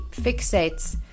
fixates